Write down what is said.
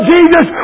Jesus